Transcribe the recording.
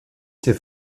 ces